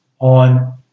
on